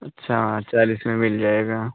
अच्छा चालीस में मिल जाएगा